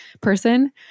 person